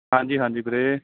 ਹਾਂਜੀ ਹਾਂਜੀ ਵੀਰੇ